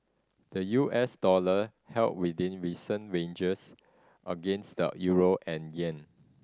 the U S dollar held within recent ranges against the euro and yen